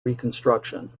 reconstruction